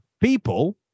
People